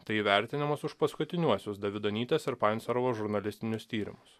tai įvertinimas už paskutiniuosius davidonytės ir pancerovo žurnalistinius tyrimus